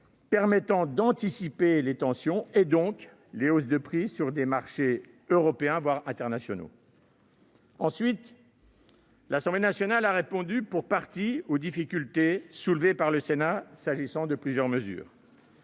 permettant d'anticiper les tensions, donc les hausses de prix sur des marchés européens, voire internationaux. Ensuite, l'Assemblée nationale a répondu pour partie aux difficultés soulevées par le Sénat s'agissant de plusieurs mesures.